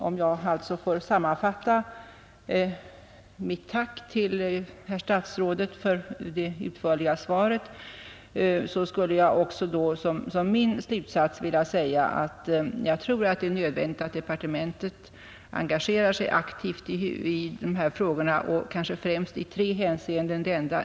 Om jag får sammanfatta mitt tack till herr statsrådet för det utförliga svaret, skulle jag som min slutsats vilja säga att jag tror att det är nödvändigt att departementet engagerar sig aktivt i de här frågorna, kanske främst i tre hänseenden.